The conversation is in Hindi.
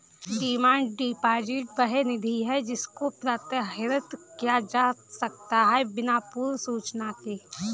डिमांड डिपॉजिट वह निधि है जिसको प्रत्याहृत किया जा सकता है बिना पूर्व सूचना के